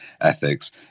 ethics